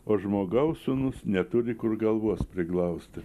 o žmogaus sūnus neturi kur galvos priglausti